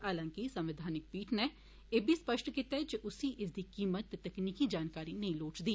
हालांकि संवैघानिक पीठ नै एह् स्पष्ट कीता ऐ जे उस्सी इस दी कीमत ते तकनीकी जानकारी नेंई लोड़चदी